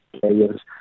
players